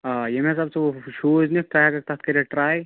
آ ییٚمہِ حساب ژٕ وۄنۍ شوٗز نِکھ ژٕ ہیکٔکھ تتھ کٔرِتھ ٹرٛاے